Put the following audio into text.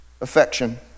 affection